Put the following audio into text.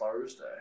Thursday